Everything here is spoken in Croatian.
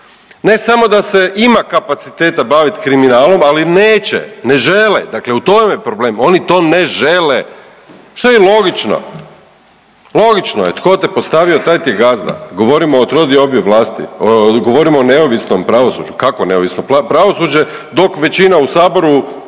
Ne samo da se ima kapaciteta bavit kriminalom, ali neće, ne žele, dakle u tome je problem, oni to ne žele, što je i logično. Logično je, tko te postavio, taj ti je gazda. Govorimo o trodiobi vlasti, govorimo o neovisnom pravosuđu. Kakvo neovisno pravosuđe dok većina u Saboru